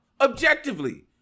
objectively